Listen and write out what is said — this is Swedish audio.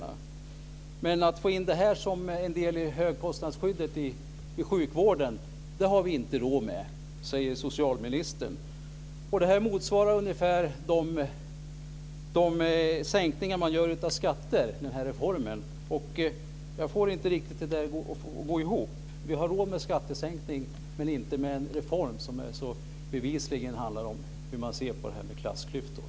Socialministern säger att vi inte har råd med att få in detta som en del i högkostnadsskyddet i sjukvården. Den här reformen motsvarar ungefär de sänkningar av skatter som man gör. Jag får inte detta att gå ihop riktigt. Vi har råd med en skattesänkning men inte med en reform som bevisligen handlar om hur man ser på detta med klassklyftor.